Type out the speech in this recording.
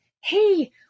Hey